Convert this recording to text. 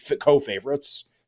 co-favorites